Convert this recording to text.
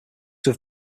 have